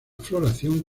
floración